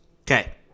okay